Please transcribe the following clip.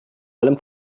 allem